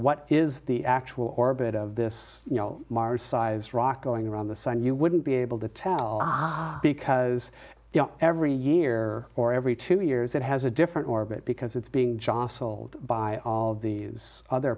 what is the actual orbit of this mars sized rock going around the sun you wouldn't be able to tell because you know every year or every two years it has a different orbit because it's being jostled by all these other